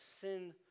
sin